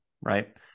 right